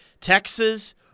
Texas